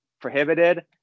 prohibited